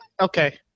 Okay